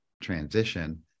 transition